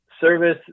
service